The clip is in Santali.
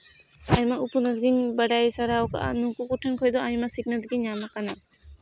ᱟᱭᱢᱟ ᱩᱯᱚᱱᱱᱟᱥ ᱜᱤᱧ ᱵᱟᱰᱟᱭ ᱥᱟᱨᱟᱣ ᱟᱠᱟᱫᱟ ᱱᱩᱠᱩ ᱠᱚᱴᱷᱮᱱ ᱠᱷᱚᱱ ᱫᱚ ᱟᱭᱢᱟ ᱟᱭᱢᱟ ᱥᱤᱠᱷᱱᱟᱹᱛ ᱜᱮ ᱧᱟᱢ ᱟᱠᱟᱱᱟ